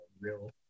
real